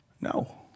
No